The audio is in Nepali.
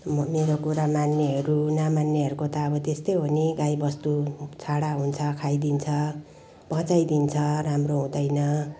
म मेरा कुरा मान्नेहरू नमान्नेहरूको त अब त्यस्तै हो नि गाईवस्तु छाडा हुन्छ खाइदिन्छ पचाइदिन्छ राम्रो हुँदैन